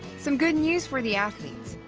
some good news for the athletes.